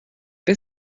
wer